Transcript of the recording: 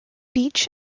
beech